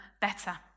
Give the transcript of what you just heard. better